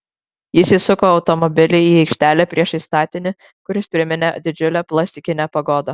jis įsuko automobilį į aikštelę priešais statinį kuris priminė didžiulę plastikinę pagodą